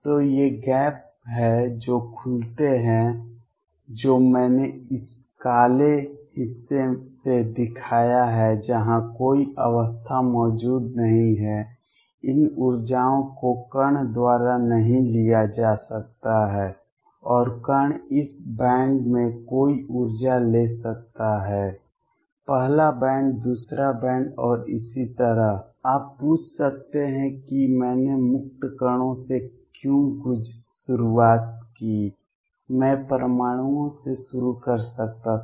तो ये गैप हैं जो खुलते हैं जो मैंने इस काले हिस्से से दिखाया है जहां कोई अवस्था मौजूद नहीं है इन ऊर्जाओं को कण द्वारा नहीं लिया जा सकता है और कण इस बैंड में कोई ऊर्जा ले सकता है पहला बैंड दूसरा बैंड और इसी तरह आप पूछ सकते हैं कि मैंने मुक्त कणों से क्यों शुरुआत की मैं परमाणुओं से शुरू कर सकता था